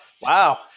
wow